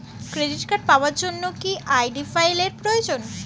Credit card পাওয়ার জন্য কি আই.ডি ফাইল এর প্রয়োজন?